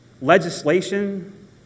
legislation